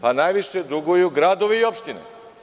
Pa, najviše duguju gradovi i opštine.